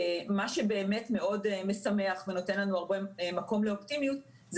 מה שבאמת מאוד משמח ונותן לנו הרבה מקום לאופטימיות זאת